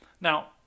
Now